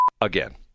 again